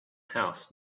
houses